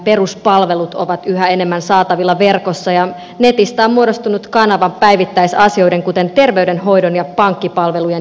peruspalvelut ovat yhä enemmän saatavilla verkossa ja netistä on muodostunut kanava päivittäisasioiden kuten terveydenhoidon ja pankkipalvelujen järjestämiseen